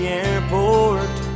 airport